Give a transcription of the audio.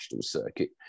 Circuit